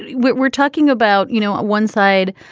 we're we're talking about, you know, one side,